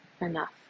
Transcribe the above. enough